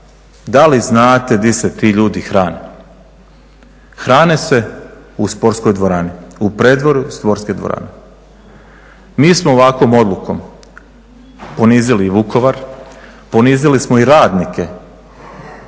Da li znate di se ti ljudi hrane? Hrane se u sportskoj dvorani, u predvorju sportske dvorane. Mi smo ovakvom odlukom ponizili Vukovar, ponizili smo i radnike